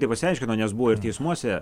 taip pasiaiškino nes buvo ir teismuose